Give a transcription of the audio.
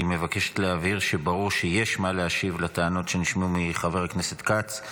היא מבקשת להבהיר שברור שיש מה להשיב על הטענות שנשמעו מחבר הכנסת כץ,